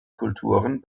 kulturen